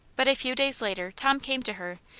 but a few days later tom came to her,